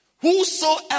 Whosoever